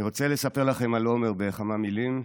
אני רוצה לספר לכם על עומר בכמה מילים: